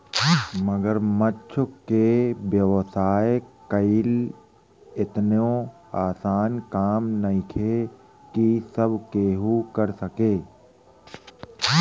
मगरमच्छ के व्यवसाय कईल एतनो आसान काम नइखे की सब केहू कर सके